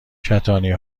کتانی